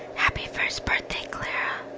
happy first birthday, clara.